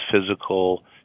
physical